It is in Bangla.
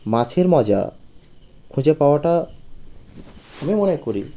মাছের মজা খুঁজে পাওয়াটা আমি মনে করি